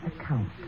account